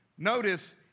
notice